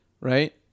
Right